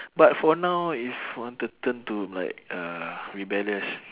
but for now if want to turn to like uh rebellious